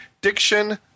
diction